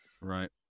Right